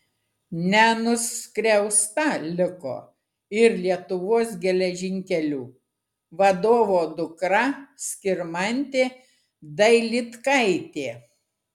nenuskriausta liko ir lietuvos geležinkelių vadovo dukra skirmantė dailydkaitė